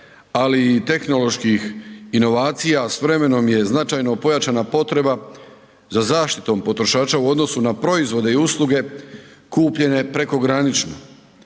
ali i tehnoloških inovacija s vremenom je značajno pojačana potreba za zaštitom potrošača u odnosnu na proizvode i usluge kupljene prekogranično,